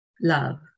love